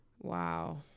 wow